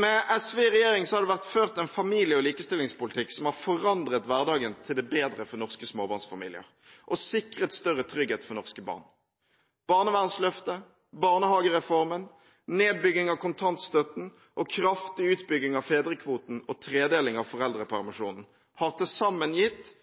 Med SV i regjering har det vært ført en familie- og likestillingspolitikk som har forandret hverdagen til det bedre for norske småbarnsfamilier og sikret større trygghet for norske barn. Barnevernsløftet, barnehagereformen, nedbygging av kontantstøtten, kraftig utbygging av fedrekvoten og tredeling av foreldrepermisjonen har til sammen gitt